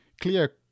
clear